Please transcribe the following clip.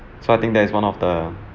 so I think that is one of the